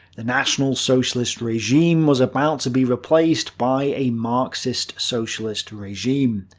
the national socialist regime was about to be replaced by a marxist socialist regime.